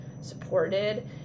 supported